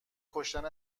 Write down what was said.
کشتن